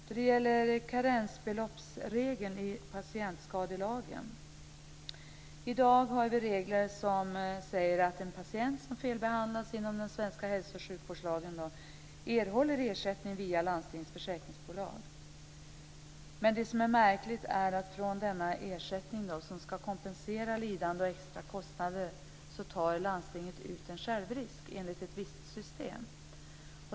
Sedan gäller det karensbeloppsregeln i patientskadelagen. I dag har vi regler som säger att en patient som felbehandlas enligt den svenska hälso och sjukvårdslagen erhåller ersättning via landstingens försäkringsbolag. Men det märkliga är att från denna ersättning, som ska kompensera lidande och extra kostnader, tar landstinget ut en självrisk enligt ett visst system.